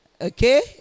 okay